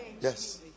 yes